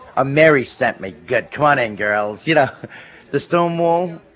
ah mary sent me. good, come on in girls. yeah the stonewall,